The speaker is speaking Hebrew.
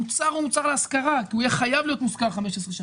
למי הוא יכול למכור?